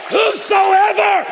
Whosoever